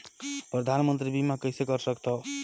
परधानमंतरी बीमा कइसे कर सकथव?